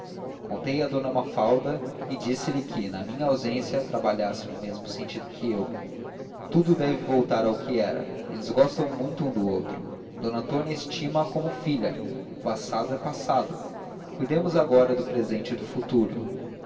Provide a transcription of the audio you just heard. tudo a d mafalda e disse-lhe que na minha ausência trabalhasse no mesmo sentido que eu tudo deve voltar ao que era eles gostam muito um do outro d antônia estima a como filha o passado é passado cuidemos agora do presente e do futuro